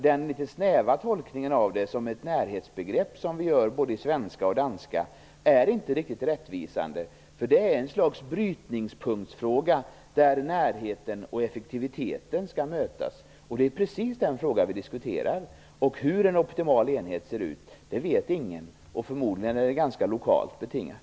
Den litet snäva tolkning av begreppet som ett närhetsbegrepp, som vi gör på både svenska och danska är inte riktigt rättvisande. Det är fråga om ett slags brytningspunkt där närheten och effektiviteten skall mötas. Det är precis den fråga som vi diskuterar. Hur en optimal enhet ser ut är det ingen som vet. Förmodligen är det ganska lokalt betingat.